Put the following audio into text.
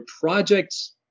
projects